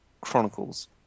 Chronicles